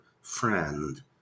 friend